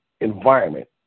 environment